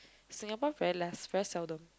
Singapore very less very seldom